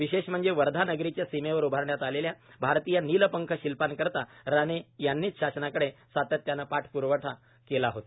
विशेष म्हणजे वर्धा नगरीच्या सीमेवर उभारण्यात आलेल्या भारतीय नीलपंख शिल्पाकरिता राणे यांनीच शासनाकडे सातत्याने पाठप्रावा केला होता